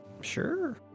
sure